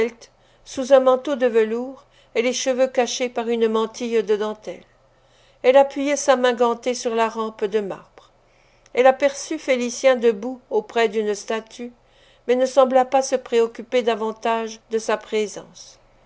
sous un manteau de velours et les cheveux cachés par une mantille de dentelle elle appuyait sa main gantée sur la rampe de marbre elle aperçut félicien debout auprès d'une statue mais ne sembla pas se préoccuper davantage de sa présence